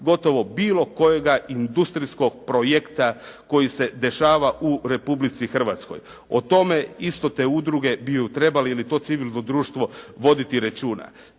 gotovo bilo kojega industrijskog projekta koji se dešava u Republici Hrvatskoj. O tome isto te udruge bi ju trebali ili to civilno društvo voditi računa.